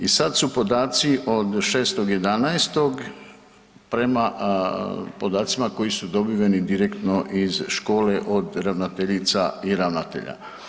I sad su podaci od 6.11. prema podacima koji su dobiveni direktno iz škole od ravnateljica i ravnatelja.